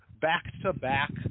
back-to-back